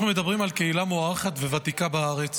אנחנו מדברים על קהילה מוערכת וותיקה בארץ,